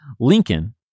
Lincoln